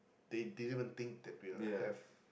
they didn't even think that we will have